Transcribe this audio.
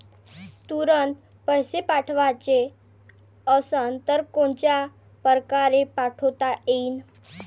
तुरंत पैसे पाठवाचे असन तर कोनच्या परकारे पाठोता येईन?